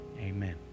Amen